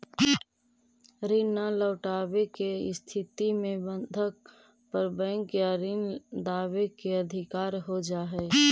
ऋण न लौटवे के स्थिति में बंधक पर बैंक या ऋण दावे के अधिकार हो जा हई